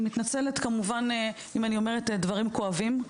מתנצלת אם אני אומרת דברים כואבים,